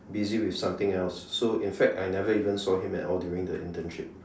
busy with something else so in fact I never even saw him at all during the internship